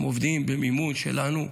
הם עובדים במימון שלנו,